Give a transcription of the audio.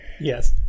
Yes